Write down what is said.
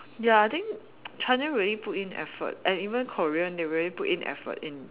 ya I think China really put in effort and even Korean they really put in effort in